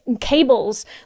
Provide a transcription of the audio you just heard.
cables